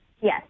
Yes